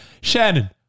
Shannon